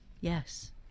Yes